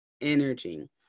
energy